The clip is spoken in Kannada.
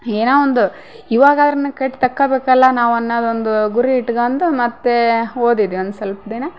ಏನೋ ಒಂದು ಇವಾಗಾರ್ನ ಕಟ್ಟಿ ತಕ್ಕಬೇಕಲ್ಲ ನಾವು ಅನ್ನಾದು ಒಂದು ಗುರಿ ಇಟ್ಕಂಡು ಮತ್ತೆ ಓದಿದೆ ಒಂದು ಸೊಲ್ಪ ದಿನ